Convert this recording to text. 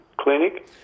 clinic